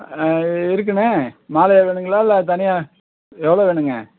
ஆ இருக்குண்ணே மாலையா வேணுங்களா இல்லை தனியாக எவ்வளோ வேணுங்க